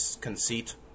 conceit